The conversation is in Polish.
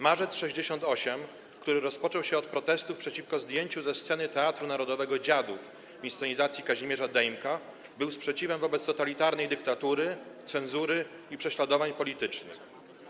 Marzec ’68, który rozpoczął się od protestów przeciwko zdjęciu ze sceny Teatru Narodowego 'Dziadów' w inscenizacji Kazimierza Dejmka, był sprzeciwem wobec totalitarnej dyktatury, cenzury i prześladowań politycznych.